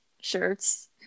shirts